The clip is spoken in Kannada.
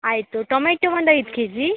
ಆಯಿತು ಟೊಮೆಟೊ ಒಂದು ಐದು ಕೆಜಿ